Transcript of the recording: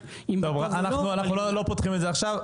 אנחנו לא פותחים את זה עכשיו.